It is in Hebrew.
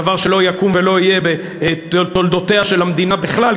דבר שלא יקום ולא יהיה בתולדותיה של המדינה בכלל,